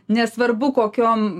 nesvarbu kokiom